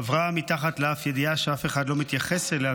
עברה מתחת לאף ידיעה שאף אחד לא מתייחס אליה,